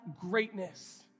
greatness